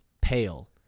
Pale